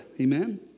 Amen